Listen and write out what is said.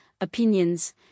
opinions